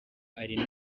ari